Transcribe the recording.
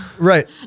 Right